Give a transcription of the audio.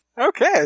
Okay